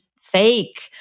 fake